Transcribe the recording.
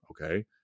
Okay